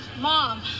mom